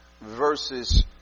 verses